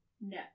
No